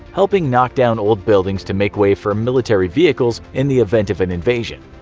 helping knock down old buildings to make way for military vehicles in the event of an invasion.